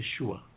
Yeshua